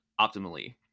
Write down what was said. optimally